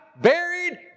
buried